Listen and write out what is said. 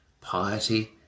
piety